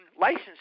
license